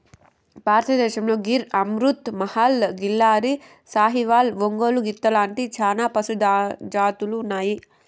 భారతదేశంలో గిర్, అమృత్ మహల్, కిల్లారి, సాహివాల్, ఒంగోలు గిత్త లాంటి చానా పశు జాతులు ఉన్నాయి